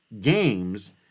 games